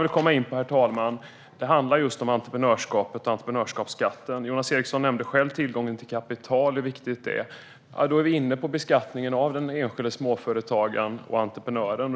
Det andra jag vill komma in på handlar om entreprenörskapet och entreprenörskapsskatten. Jonas Eriksson nämnde själv hur viktigt det är med tillgången till kapital. Då är vi inne på beskattningen av den enskilde småföretagaren och entreprenören.